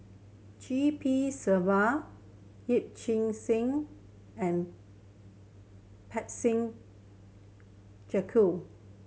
G P Selvam Yee Chia Hsing and Parsick Joaquim